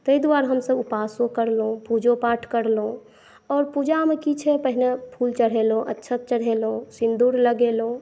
तैं दुआरे हमसभ उपासो करलहुँ पूजो पाठ करलहुँ आओर पूजामे की छै पहिने फूल चढ़ेलहुँ अक्षत चढ़ेलहुँ सिंदूर लगेलहुँ